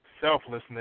selflessness